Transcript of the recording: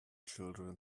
children